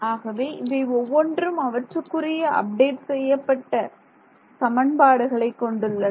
ஆகவே இவை ஒவ்வொன்றும் அவற்றுக்குரிய அப்டேட் செய்யப்பட்ட சமன்பாடுகளை கொண்டுள்ளன